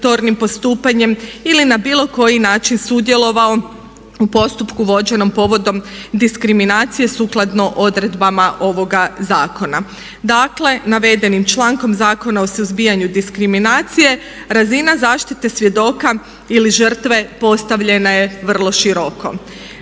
ili na bilo koji način sudjelovao u postupku vođenom povodom diskriminacije sukladno odredbama ovoga zakona. Dakle, navedenim člankom Zakona o suzbijanju diskriminacije razina zaštite svjedoka ili žrtve postavljena je vrlo široko.